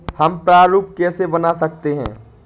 हम प्रारूप कैसे बना सकते हैं?